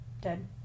Dead